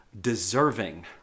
deserving